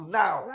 now